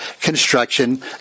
construction